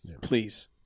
please